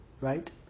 Right